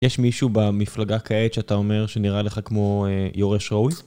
יש מישהו במפלגה כעת שאתה אומר שנראה לך כמו יורש ראוי?